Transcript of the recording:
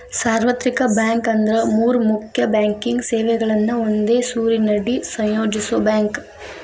ಸಾರ್ವತ್ರಿಕ ಬ್ಯಾಂಕ್ ಅಂದ್ರ ಮೂರ್ ಮುಖ್ಯ ಬ್ಯಾಂಕಿಂಗ್ ಸೇವೆಗಳನ್ನ ಒಂದೇ ಸೂರಿನಡಿ ಸಂಯೋಜಿಸೋ ಬ್ಯಾಂಕ್